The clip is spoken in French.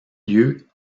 lieu